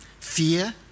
fear